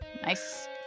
Nice